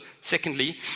Secondly